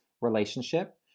relationship